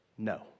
No